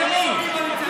למי?